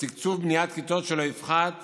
לתקצוב בניית כיתות שלא יפחת